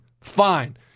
Fine